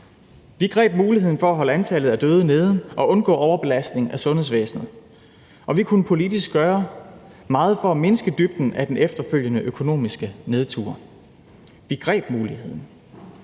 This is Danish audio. Vi greb muligheden for at holde antallet af døde nede og undgå overbelastning af sundhedsvæsenet, og vi kunne politisk gøre meget for at mindske dybden af den efterfølgende økonomiske nedtur. Vi greb muligheden.